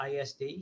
ISD